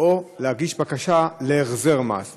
או להגיש בקשה להחזר מס.